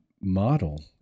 model